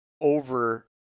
over